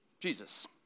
Jesus